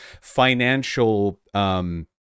financial